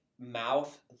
mouth